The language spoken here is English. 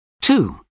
Two